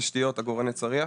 תשתיות ועגורני צריח.